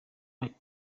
polisi